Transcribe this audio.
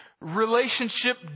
relationship